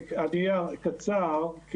אהיה קצר,